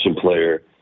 player